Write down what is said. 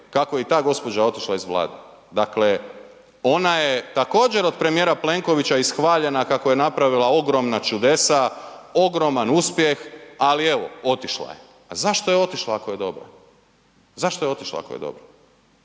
kako je i ta gospođa otišla iz Vlade. Dakle ona je također od premijera Plenkovića ishvaljena kako je napravila ogromna čudesa, ogroman uspjeh, ali evo otišla je. A zašto je otišla ako je dobra? Zašto je otišla ako je dobra?